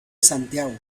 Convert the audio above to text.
santiago